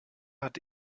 hat